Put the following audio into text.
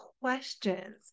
questions